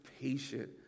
patient